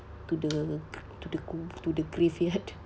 to the to the g~ to the graveyard